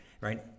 Right